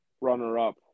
runner-up